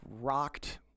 rocked